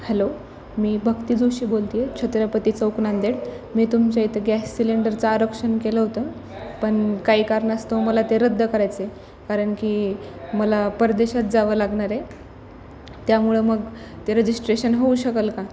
hello मी भक्ती जोशी बोलती आहे छत्रपती चौक नांदेड मी तुमच्या इथं गॅस सिलेंडरचं आरक्षण केलं होतं पण काही कारणास्तव मला ते रद्द करायचं आहे कारण की मला परदेशात जावं लागनार आहे त्यामुळं मग ते रजिस्ट्रेशन होऊ शकेल का